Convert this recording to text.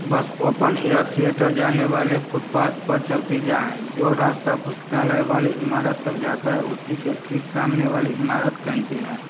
बस open air theatre जाने वाले फुटपाथ पर चलती जायें जो रास्ता पुस्तकालय वाली इमारत तक जाता है उसी के ठीक सामने वाली इमारत कैंटीन है